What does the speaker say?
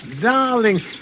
darling